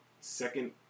second